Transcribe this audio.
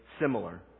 similar